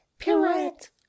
Pirate